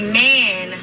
man